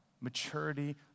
maturity